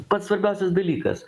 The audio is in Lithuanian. pats svarbiausias dalykas